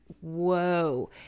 whoa